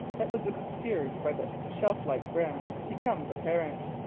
that was obscured by the shelf-like brim, becomes apparent.